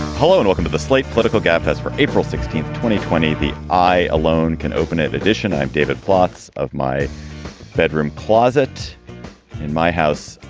hello and welcome to the slate political gabfest for april sixteenth, twenty twenty. the eye alone can open in addition, i'm david plotz of my bedroom closet in my house.